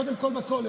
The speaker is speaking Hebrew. קודם כול בכולל.